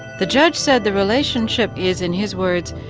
the judge said the relationship is, in his words,